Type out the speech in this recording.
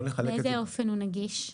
באיזה אופן הוא נגיש?